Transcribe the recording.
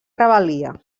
rebel·lia